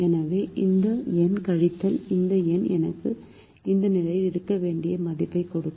எனவே இந்த எண் கழித்தல் இந்த எண் எனக்கு இந்த நிலையில் இருக்க வேண்டிய மதிப்பைக் கொடுக்கும்